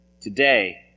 Today